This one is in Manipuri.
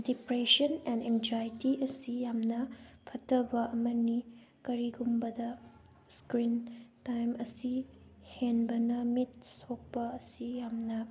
ꯗꯤꯄ꯭ꯔꯦꯁꯟ ꯑꯦꯟ ꯑꯦꯟꯖꯥꯏꯇꯤ ꯑꯁꯤ ꯌꯥꯝꯅ ꯐꯠꯇꯕ ꯑꯃꯅꯤ ꯀꯔꯤꯒꯨꯝꯕꯗ ꯏꯁꯀ꯭ꯔꯤꯟ ꯇꯥꯏꯝ ꯑꯁꯤ ꯍꯦꯟꯕꯅ ꯃꯤꯠ ꯁꯣꯛꯄ ꯑꯁꯤ ꯌꯥꯝꯅ